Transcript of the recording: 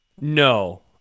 No